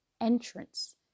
entrance